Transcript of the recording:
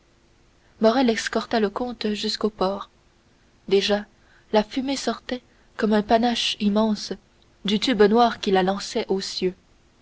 morrel escorta le comte jusqu'au port déjà la fumée sortait comme un panache immense du tube noir qui la lançait aux cieux